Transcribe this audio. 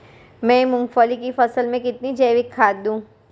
मैं मूंगफली की फसल में कितनी जैविक खाद दूं?